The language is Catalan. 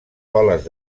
boles